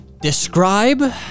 Describe